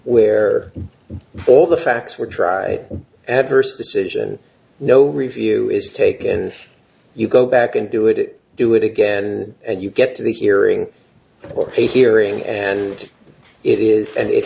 where all the facts were dry adverse decision no review is taken and you go back and do it do it again and you get to the hearing or a hearing and it is and it